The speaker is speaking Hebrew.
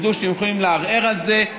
שידעו שהם יכולים לערער על זה.